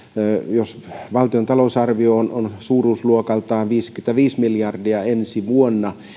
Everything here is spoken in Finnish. jos valtion talousarvio on on suuruusluokaltaan viisikymmentäviisi miljardia ensi vuonna